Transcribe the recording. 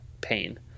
pain